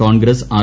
Congress R